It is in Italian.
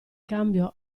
cambio